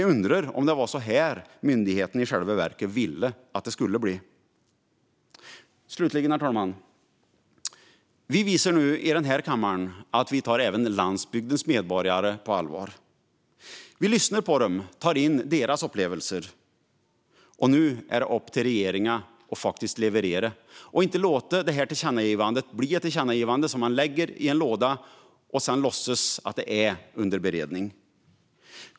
Jag undrar om det var så här myndigheterna i själva verket ville att det skulle bli. Herr talman! Slutligen visar vi nu i denna kammare att vi tar även landsbygdens medborgare på allvar. Vi lyssnar på dem och tar in deras upplevelser. Det är nu upp till regeringen att leverera och inte låta det här tillkännagivandet bli ett tillkännagivande som man lägger i en låda och som man låtsas är under beredning.